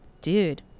Dude